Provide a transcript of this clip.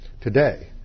today